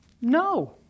No